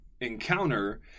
encounter